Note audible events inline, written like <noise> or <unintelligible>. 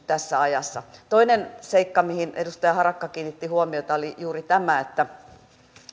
<unintelligible> tässä ajassa toinen seikka mihin edustaja harakka kiinnitti huomiota oli juuri tämä että